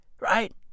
right